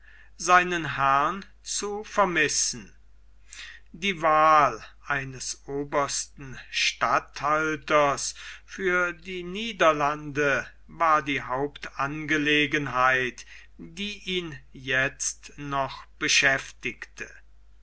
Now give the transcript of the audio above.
seinen herrn zu vermissen die wahl eines obersten statthalters für die niederlande war die hauptangelegenheit die ihn jetzt noch beschäftigte